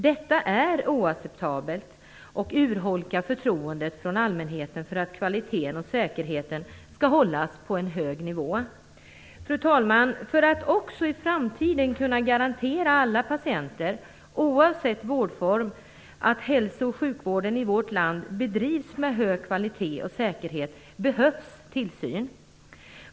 Detta är oacceptabelt och urholkar förtroendet hos allmänheten för att kvaliteten och säkerheten skall kunna hållas på en hög nivå. Fru talman! För att också i framtiden kunna garantera alla patienter i vårt land, oavsett vårdform, hälsooch sjukvård med hög kvalitet och god säkerhet behövs tillsyn.